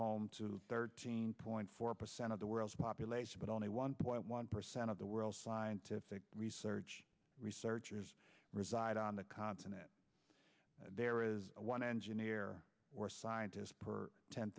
home to thirteen point four percent of the world's population but only one point one percent of the world's scientific research researchers reside on the continent there is engineer or scientist per ten